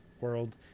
world